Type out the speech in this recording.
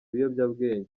biyobyabwenge